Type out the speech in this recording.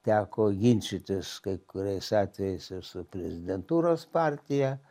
teko ginčytis kai kuriais atvejais ir su prezidentūros partija